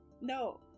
No